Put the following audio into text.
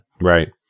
right